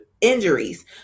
injuries